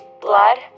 Blood